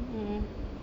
mm